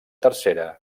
tercera